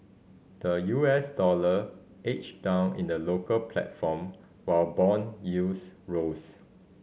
the U S dollar edged down in the local platform while bond yields rose